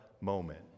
moment